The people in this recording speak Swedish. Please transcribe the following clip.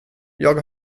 jag